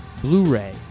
blu-ray